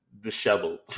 disheveled